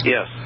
Yes